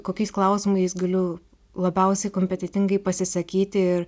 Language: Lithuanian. kokiais klausimais galiu labiausiai kompetentingai pasisakyti ir